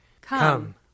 Come